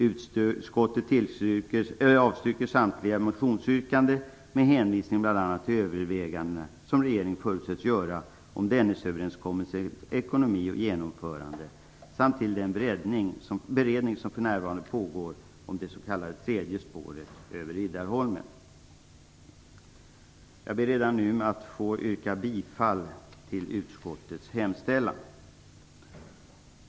Utskottet avstyrker samtliga motionsyrkanden med hänvisning till bl.a. överväganden som regeringen förutsätts göra om Dennisöverenskommelsens ekonomi och genomförande samt till den beredning som för närvarande pågår om det s.k. tredje spåret över Jag vill redan nu yrka bifall till utskottets hemställan.